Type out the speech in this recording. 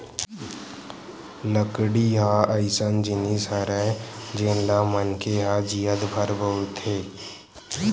लकड़ी ह अइसन जिनिस हरय जेन ल मनखे ह जियत भर बउरथे